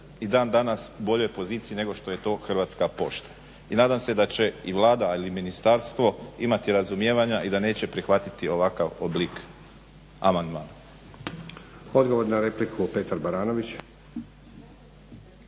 i dan danas u boljoj poziciji nego što je to Hrvatska pošta. I nadam se da će i Vlada, ali i ministarstvo imati razumijevanja i da neće prihvatiti ovakav oblik amandmana.